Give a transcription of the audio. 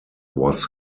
was